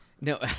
No